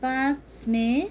पाँच मे